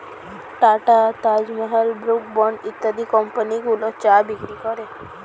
tata, Taj Mahal, Brooke Bond ইত্যাদি কোম্পানিগুলো চা বিক্রি করে